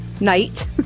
night